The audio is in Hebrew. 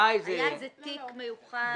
היה איזה תיק מיוחד או משהו?